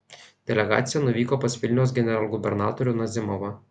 delegacija nuvyko pas vilniaus generalgubernatorių nazimovą